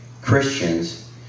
Christians